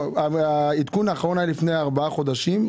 העדכון האחרון היה לפני ארבעה חודשים.